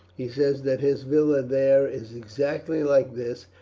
he says that his villa there is exactly like this,